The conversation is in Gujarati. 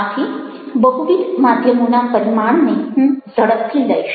આથી બહુવિધ માધ્યમોના પરિમાણને હું ઝડપથી લઈશ